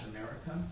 America